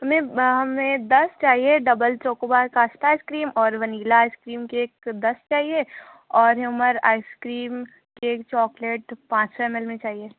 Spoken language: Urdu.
ہمیں ہمیں دس چاہیے double choco bar cassata ice cream اور ونیلا آئس کریم کیک دس چاہیے اور ہیومر آئس کریم کیک چاکلیٹ پانچ سو ایم ایل میں چاہیے